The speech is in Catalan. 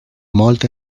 molt